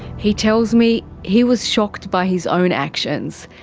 he tells me he was shocked by his own actions.